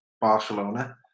Barcelona